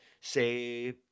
say